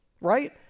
right